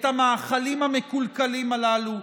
את המאכלים המקולקלים הללו,